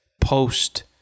post